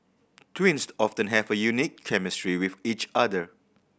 twins often have a unique chemistry with each other